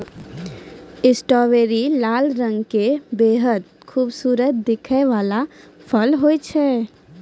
strawberry लाल रंग के बेहद खूबसूरत दिखै वाला फल होय छै